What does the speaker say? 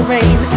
Rain